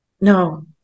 No